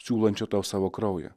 siūlančio tau savo kraują